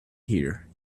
here